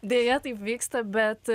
deja taip vyksta bet